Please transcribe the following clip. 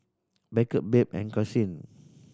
Beckett Babe and Karsyn